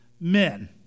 men